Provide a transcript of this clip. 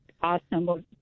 awesome